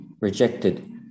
rejected